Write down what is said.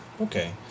okay